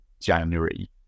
January